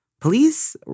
police